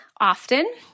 often